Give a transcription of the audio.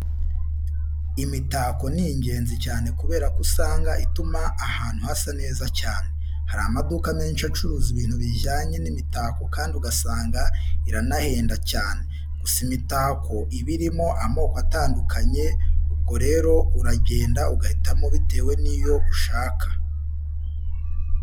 Imitako ni ingenzi cyane kubera ko usanga ituma ahantu hasa neza cyane. Hari amaduka menshi acuruza ibintu bijyanye n'imitako kandi ugasanga iranahenda cyane. Gusa imitako iba irimo amoko atandukanye, ubwo rero uragenda ugahitamo bitewe n'iyo ushaka.